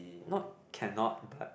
not cannot but